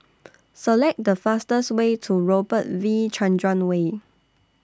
Select The fastest Way to Robert V Chandran Way